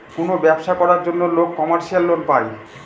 কোনো ব্যবসা করার জন্য লোক কমার্শিয়াল লোন পায়